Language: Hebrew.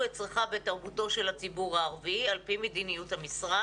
את צרכיו ואת תרבותו של הציבור הערבי על פי מדיניות המשרד.